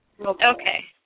Okay